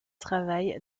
travail